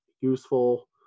useful